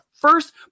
first